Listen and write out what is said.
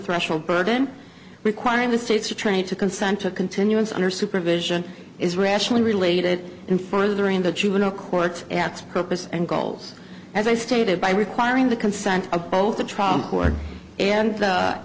threshold burden requiring the states are trained to consent to continuance under supervision is rationally related in furthering the juvenile court at purpose and goals as i stated by requiring the consent of both the